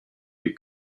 you